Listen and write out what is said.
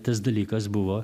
tas dalykas buvo